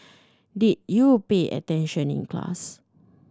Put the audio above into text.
did you pay attention in class